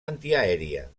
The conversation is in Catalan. antiaèria